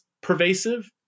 pervasive